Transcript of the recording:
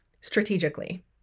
strategically